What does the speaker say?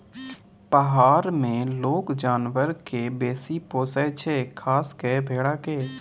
पहार मे लोक जानबर केँ बेसी पोसय छै खास कय भेड़ा केँ